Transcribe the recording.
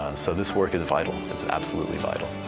so this work is vital. it's absolutely vital.